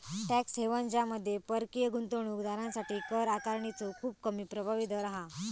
tax haven ज्यामध्ये परकीय गुंतवणूक दारांसाठी कर आकारणीचो खूप कमी प्रभावी दर हा